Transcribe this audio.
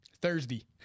Thursday